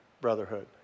brotherhood